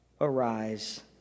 arise